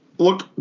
Look